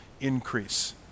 increase